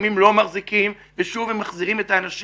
לפעמים לא מחזיקים ושוב הם מחזירים את האנשים